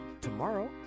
tomorrow